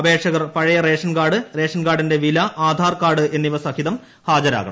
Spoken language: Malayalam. അപേക്ഷകർ പഴയ റേഷൻ കാർഡ് റേഷൻകാർഡിന്റെ വില ആധാർ കാർഡ് എന്നിവ സഹിതം ഹാജരാകണം